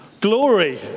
Glory